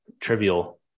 trivial